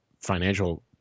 financial